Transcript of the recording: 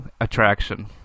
attraction